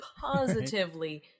positively